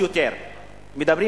טייב.